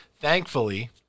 Thankfully